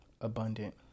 abundant